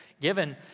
given